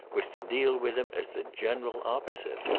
was to deal with him as the general opposite.